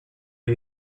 you